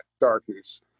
darkness